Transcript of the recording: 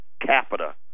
capita